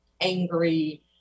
angry